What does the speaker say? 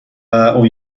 اون